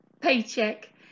paycheck